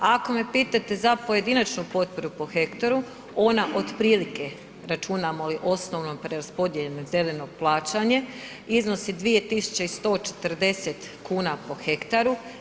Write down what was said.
Ako me pitate za pojedinačnu potporu po hektaru, ona otprilike, računamo li osnovno preraspodijeljeno .../nerazumljivo/... plaćanje, iznosi 2140 kn po hektaru.